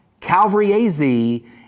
CalvaryAZ